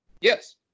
Yes